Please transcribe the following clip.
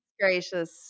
gracious